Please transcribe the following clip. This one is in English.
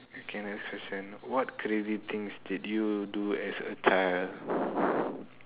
okay next question what crazy things did you do as a child